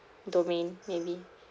domain maybe